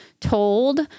told